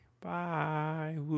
Bye